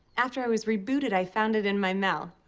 after i was rebooted, i found it in my mouth.